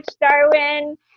darwin